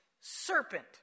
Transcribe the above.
serpent